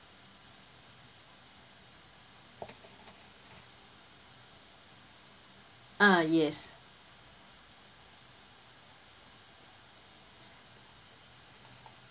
ah yes